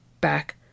back